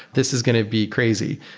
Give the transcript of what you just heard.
this is going to be crazy,